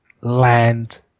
land